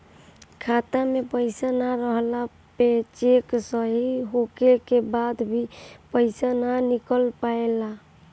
खाता में पईसा ना रहला पे चेक सही होखला के बाद भी पईसा ना निकल पावेला